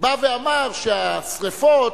בא ואמר שהשרפות